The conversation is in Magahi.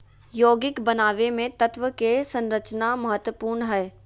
यौगिक बनावे मे तत्व के संरचना महत्वपूर्ण हय